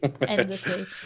endlessly